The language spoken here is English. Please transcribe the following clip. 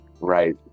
Right